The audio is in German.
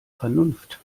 vernunft